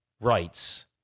rights